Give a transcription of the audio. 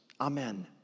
Amen